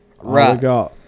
Right